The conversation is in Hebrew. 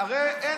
הרי אין